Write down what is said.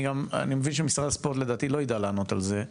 אני מבין שמשרד הספורט לדעתי לא יידע לענות על זה,